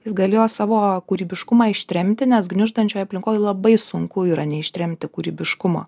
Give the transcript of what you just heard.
jis galėjo savo kūrybiškumą ištremti nes gniuždančioj aplinkoj labai sunku yra neištremti kūrybiškumo